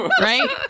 Right